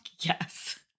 yes